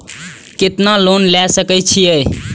केतना लोन ले सके छीये?